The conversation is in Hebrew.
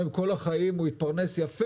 גם אם כל החיים הוא התפרנס יפה,